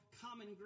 common